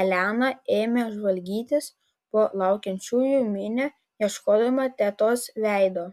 elena ėmė žvalgytis po laukiančiųjų minią ieškodama tetos veido